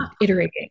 iterating